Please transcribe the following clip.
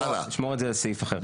אני אשמור את זה לסעיף אחר.